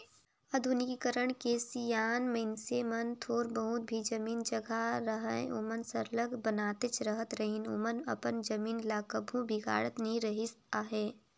आधुनिकीकरन के सियान मइनसे मन थोर बहुत भी जमीन जगहा रअहे ओमन सरलग बनातेच रहत रहिन ओमन अपन जमीन ल कभू बिगाड़त नी रिहिस अहे